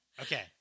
Okay